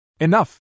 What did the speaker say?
Enough